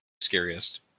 scariest